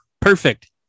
perfect